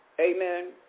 amen